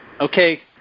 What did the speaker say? Okay